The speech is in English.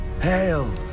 Hail